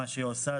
על מה שהיא עושה,